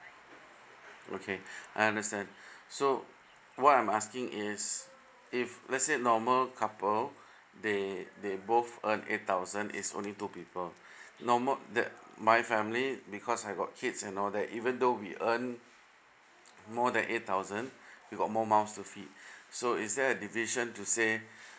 okay I understand so what I'm asking is if let's say normal couple they they both earn eight thousand is only two people no more that my family because I got kids and all that even though we earn more than eight thousand we got more mouth to feed so is there a deviation to say